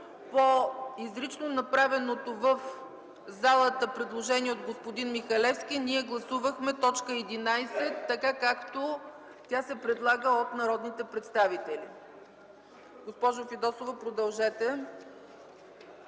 по изрично направеното в залата предложение от господин Михалевски ние гласувахме т. 11 така, както тя се предлага от народните представители. Госпожо Фидосова, продължете.